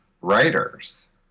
writers